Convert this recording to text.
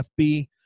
FB